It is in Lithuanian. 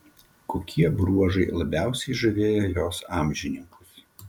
kokie bruožai labiausiai žavėjo jos amžininkus